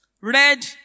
red